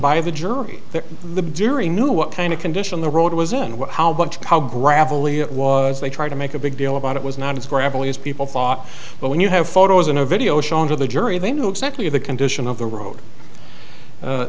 by the jury that the jury knew what kind of condition the road was in what how much how gravelly it was they tried to make a big deal about it was not as gravelly as people thought but when you have photos in a video shown to the jury they know exactly the condition of the road